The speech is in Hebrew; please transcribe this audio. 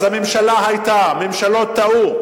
אז הממשלה היתה, ממשלות טעו.